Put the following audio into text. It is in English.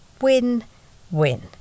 win-win